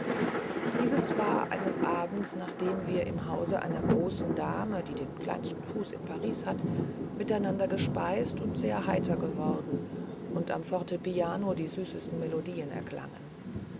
dieses war eines abends nachdem wir im hause einer großen dame die den kleinsten fuß in paris hat miteinander gespeist und sehr heiter geworden und am fortepiano die süßesten melodien erklangen